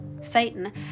Satan